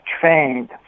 trained